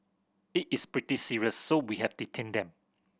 it is pretty serious so we have detained them